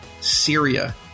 Syria